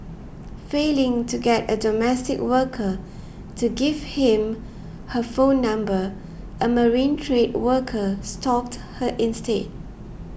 failing to get a domestic worker to give him her phone number a marine trade worker stalked her instead